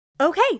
Okay